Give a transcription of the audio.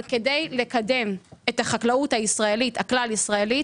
אבל כדי לקדם את החקלאות הכלל ישראלית,